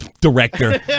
director